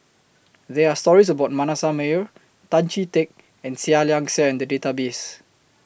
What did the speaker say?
There Are stories about Manasseh Meyer Tan Chee Teck and Seah Liang Seah in The Database